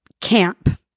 Camp